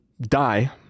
die